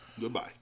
Goodbye